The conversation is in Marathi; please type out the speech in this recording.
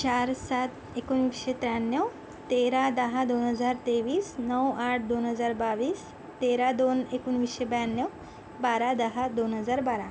चार सात एकोणीसशे त्र्याण्णव तेरा दहा दोन हजार तेवीस नऊ आठ दोन हजार बावीस तेरा दोन एकोणीसशे ब्याण्णव बारा दहा दोन हजार बारा